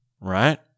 right